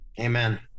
amen